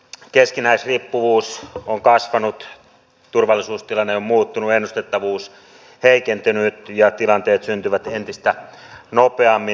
keskinäisriippuvuus on kasvanut turvallisuustilanne on muuttunut ennustettavuus heikentynyt ja tilanteet syntyvät entistä nopeammin